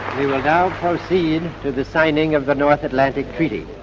we will now proceed to the signing of the north atlantic treaty.